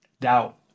doubt